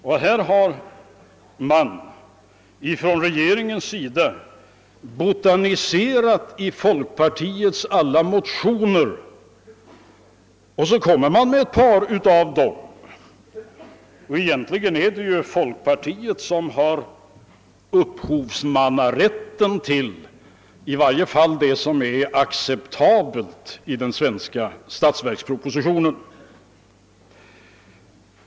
Han gör vidare gällande, att man från regeringens sida botaniserat i folkpartiets alla motioner och nu tagit fram ett par av dem; egentligen är det folkpartiet som har upphovsrätten till i varje fall det som är acceptabelt i den svenska statsverkspropositionen.